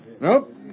Nope